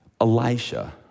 Elisha